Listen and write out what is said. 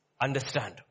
understand